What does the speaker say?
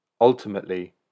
Ultimately